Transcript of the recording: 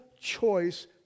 choice